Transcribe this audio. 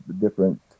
different